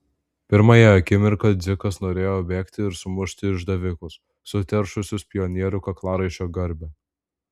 pirmąją akimirką dzikas norėjo bėgti ir sumušti išdavikus suteršusius pionierių kaklaraiščio garbę